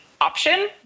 option